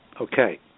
Okay